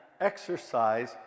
exercise